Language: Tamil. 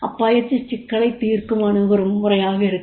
அப்பயிற்சி சிக்கலைத் தீர்க்கும் அணுகுமுறையாக இருக்கும்